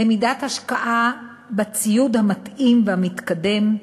למידת ההשקעה בציוד המתאים והמתקדם,